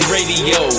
Radio